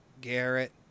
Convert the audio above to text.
Garrett